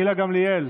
גילה גמליאל,